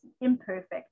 imperfect